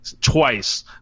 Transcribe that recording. twice